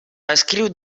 escriu